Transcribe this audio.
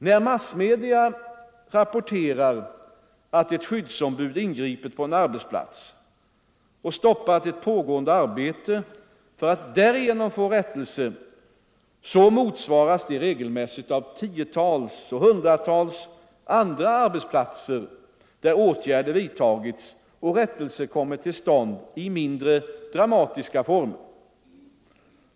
När massmedia rapporterar att ett skyddsombud ingripit på en arbetsplats och stoppat ett pågående arbete för att därigenom få rättelse så motsvaras det regelmässigt av tiotals och hundratals andra arbetsplatser där åtgärder vidtagits och rättelser kommit till stånd i mindre dramatiska former.